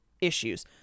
issues